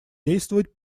действовать